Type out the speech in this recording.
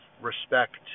respect